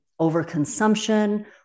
overconsumption